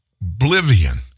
oblivion